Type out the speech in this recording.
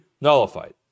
nullified